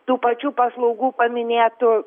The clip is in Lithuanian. tų pačių paslaugų paminėtų